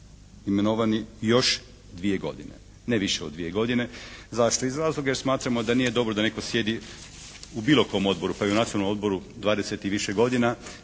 imenovani još dvije godine. Ne više od dvije godine. Zašto? Iz razloga jer smatramo da nije dobro da netko sjedi u bilo kom odboru pa i u Nacionalnom odboru 20 i više godina,